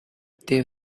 they